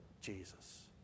Jesus